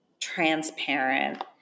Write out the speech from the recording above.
transparent